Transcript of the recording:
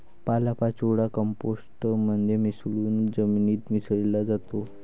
पालापाचोळा कंपोस्ट मध्ये मिसळून जमिनीत मिसळला जातो